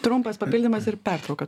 trumpas papildymas ir pertrauką